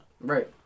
Right